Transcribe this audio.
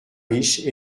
riche